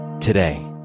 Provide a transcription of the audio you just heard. today